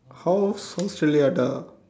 how's Australia the